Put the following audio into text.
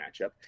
matchup